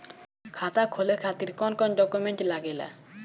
खाता खोले खातिर कौन कौन डॉक्यूमेंट लागेला?